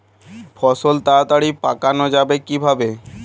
ফসল তাড়াতাড়ি পাকানো যাবে কিভাবে?